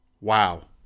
Wow